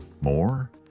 More